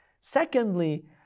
secondly